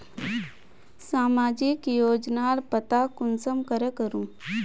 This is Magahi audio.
सामाजिक योजनार पता कुंसम करे करूम?